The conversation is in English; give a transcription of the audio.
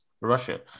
Russia